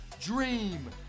Dream